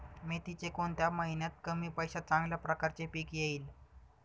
मेथीचे कोणत्या महिन्यात कमी पैशात चांगल्या प्रकारे पीक येईल?